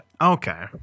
Okay